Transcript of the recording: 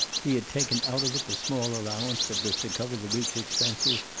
he had taken out of it the small allowance that was to cover the week's expenses,